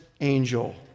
angel